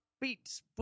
beats